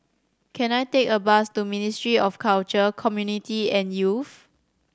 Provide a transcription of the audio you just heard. can I take a bus to Ministry of Culture Community and Youth